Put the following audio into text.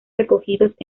recogidos